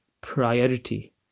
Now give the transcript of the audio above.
priority